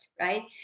right